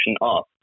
off